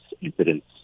incidents